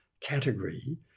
category